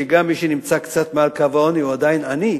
כי גם מי שנמצא קצת מעל קו העוני הוא עדיין עני,